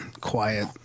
quiet